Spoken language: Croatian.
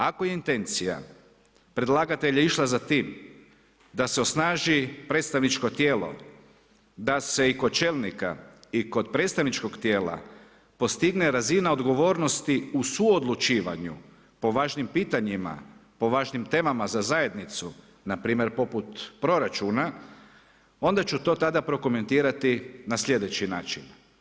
Ako je intencija predlagatelja išla za tim da se osnaži predstavničko tijelo, da se i kod čelnika i kod predstavničkog tijela postigne razina odgovornosti u suodlučivanju po važnim pitanjima, po važnim temama za zajednicu npr. poput proračuna, onda ću to tada prokomentirati na slijedeći način.